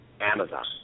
Amazon